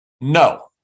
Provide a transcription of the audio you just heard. No